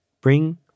Bring